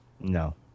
no